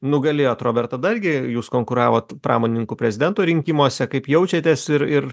nugalėjot robertą dargį jūs konkuravot pramonininkų prezidento rinkimuose kaip jaučiatės ir ir